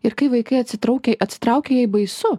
ir kai vaikai atsitraukė atsitraukia jai baisu